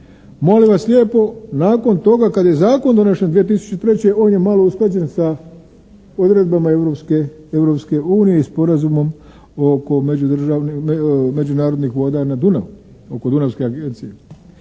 Molim vas lijepo, nakon toga kad je zakon donesen 2003. on je malo usklađen sa odredbama Europske unije i sporazumom oko međunarodnih voda na Dunavu oko dunavske agencije,